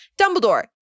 Dumbledore